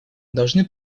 должны